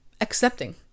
accepting